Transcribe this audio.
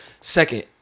Second